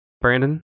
Brandon